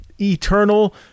Eternal